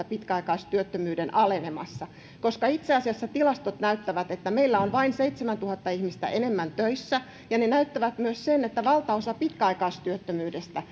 pitkäaikaistyöttömyyden alenemassa koska itse asiassa tilastot näyttävät että meillä on vain seitsemäntuhatta ihmistä enemmän töissä ja ne näyttävät myös sen että valtaosa pitkäaikaistyöttömyydestä